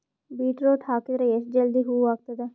Beetroot ಹಾಕಿದರ ಎಷ್ಟ ಜಲ್ದಿ ಹೂವ ಆಗತದ?